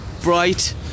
bright